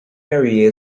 area